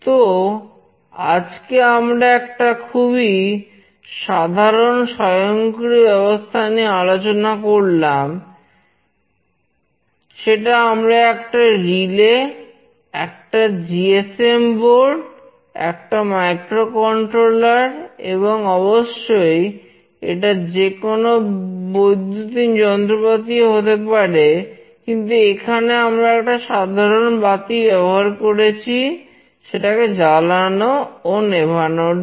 তো আজকে আমরা একটা খুবই সাধারণ স্বয়ংক্রিয় ব্যবস্থা নিয়ে আলোচনা করলাম সেটা আমরা একটা রিলে এবং অবশ্যই এটা যে কোন বৈদ্যুতিন যন্ত্রপাতি ও হতে পারে কিন্তু এখানে আমরা একটা সাধারণ বাতি ব্যবহার করেছি সেটাকে জালানো ও নেভানোর জন্য